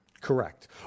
Correct